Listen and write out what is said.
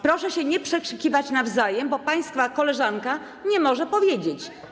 Proszę się nie przekrzykiwać nawzajem, bo państwa koleżanka nie może powiedzieć.